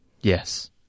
Yes